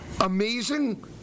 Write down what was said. amazing